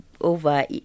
over